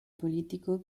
político